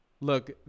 look